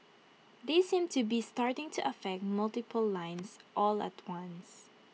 they seem to be starting to affect multiple lines all at once